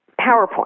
PowerPoint